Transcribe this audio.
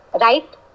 right